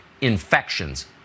infections